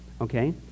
okay